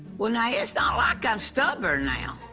well, now, it's not like i'm stubborn, now.